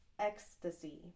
Ecstasy